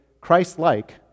Christ-like